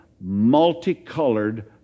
multicolored